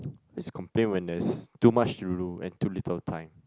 is complain when there's too much to do and too little time